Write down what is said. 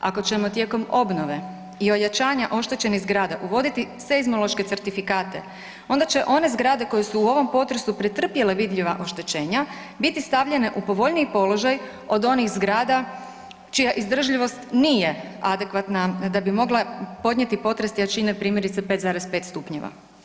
Ako ćemo tijekom obnove i ojačanja oštećenih zgrada uvoditi seizmološke certifikate, onda će one zgrade koje su u ovom potresu pretrpjele vidljiva oštećenja biti stavljene u povoljniji položaj od onih zgrada čija izdržljivost nije adekvatna da bi mogla podnijeti potres jačine primjerice 5,5 stupnjeva.